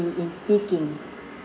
in speaking